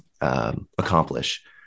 accomplish